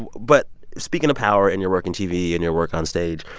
but speaking of power and your work in tv and your work onstage,